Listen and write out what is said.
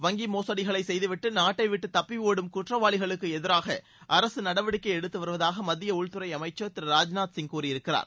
வங்கி மோசடிகளை செய்துவிட்டு நாட்டைவிட்டு தப்பி ஓடும் குற்றவாளிகளுக்கு எதிராக அரசு நடவடிக்கை எடுத்துவருவதாக மத்திய உள்துறை அமைச்சர் திரு ராஜ்நாத் சிங் கூறியிருக்கிறார்